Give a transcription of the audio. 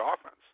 offense